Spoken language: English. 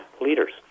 leaders